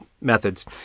methods